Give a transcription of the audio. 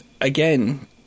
again